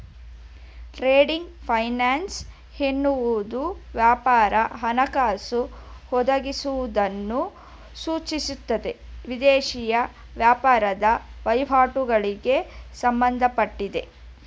trade finance ಎನ್ನುವುದು ವ್ಯಾಪಾರ ಹಣಕಾಸು ಒದಗಿಸುವುದನ್ನು ಸೂಚಿಸುತ್ತೆ ದೇಶೀಯ ವ್ಯಾಪಾರದ ವಹಿವಾಟುಗಳಿಗೆ ಸಂಬಂಧಪಟ್ಟಿದೆ